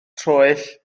troell